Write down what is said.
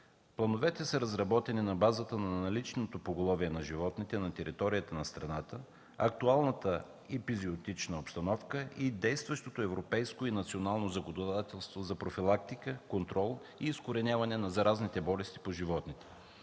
Плановете са разработени на базата на наличното поголовие на животните на територията на страната, актуалната епизоотична обстановка и действащото европейско и национално законодателство за профилактика, контрол и изкореняване на заразните болести по животните.